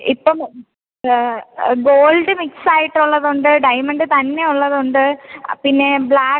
ഇപ്പം gold mix ആയിട്ടുള്ളത് ഉണ്ട് ഡയമണ്ട് തന്നെ ഉള്ളത് ഉണ്ട് പിന്നെ ബ്ലാക്ക്